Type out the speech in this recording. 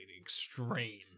extreme